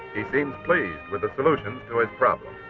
he seems pleased with the solutions to his problem.